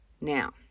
now